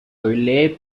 relais